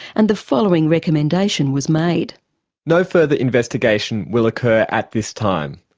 and the following recommendation was made no further investigation will occur at this time.